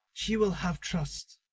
she will have trust.